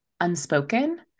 unspoken